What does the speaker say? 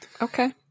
Okay